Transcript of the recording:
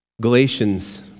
Galatians